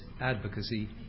advocacy